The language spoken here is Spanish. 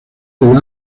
del